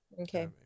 okay